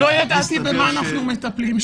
ל.י.: לא ידעתי במה אנחנו מטפלים.